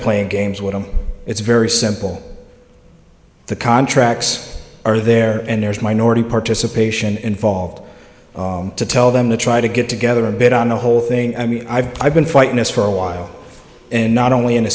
playing games with them it's very simple the contracts are there and there's minority participation involved to tell them to try to get together a bit on the whole thing i mean i've been fighting this for a while and not only in the